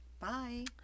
bye